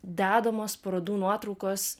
dedamos parodų nuotraukos